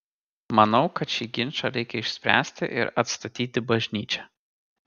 manau kad šį ginčą reikia išspręsti ir atstatyti bažnyčią